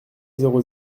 zéro